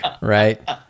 Right